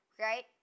right